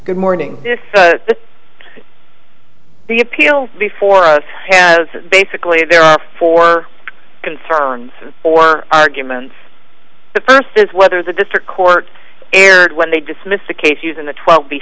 good morning the appeal before us is basically there are four concerns or arguments the first is whether the district court erred when they dismissed the case using the twelve b